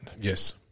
Yes